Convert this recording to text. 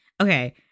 Okay